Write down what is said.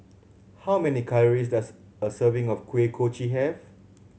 how many calories does a serving of Kuih Kochi have